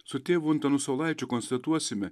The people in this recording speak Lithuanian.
su tėvu antanu saulaičiu konstatuosime